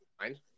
fine